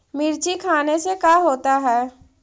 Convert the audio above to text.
मिर्ची खाने से का होता है?